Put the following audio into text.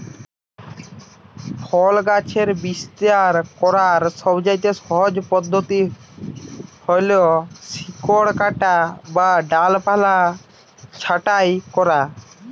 ফল গাছের বিস্তার করার সবচেয়ে সহজ পদ্ধতি হল শিকড় কাটা বা ডালপালা ছাঁটাই করা